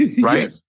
Right